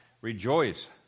Rejoice